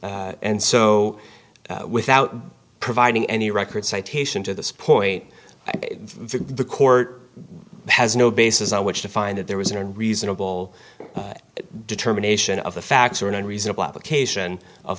time and so without providing any record citation to this point the court has no basis on which to find that there was an unreasonable determination of the facts or an unreasonable application of